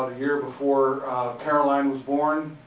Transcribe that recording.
a year before caroline was born,